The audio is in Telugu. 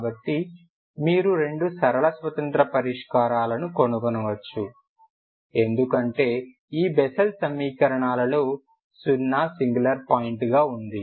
కాబట్టి మీరు రెండు సరళ స్వతంత్ర పరిష్కారాలను కనుగొనవచ్చు ఎందుకంటే ఈ బెస్సెల్ సమీకరణాలలో 0 సింగులర్ పాయింట్ గా వుంది